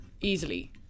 Easily